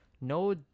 no